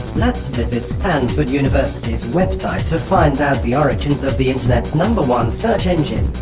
let's visit stanford university's website to find out the origins of the internet's number one search engine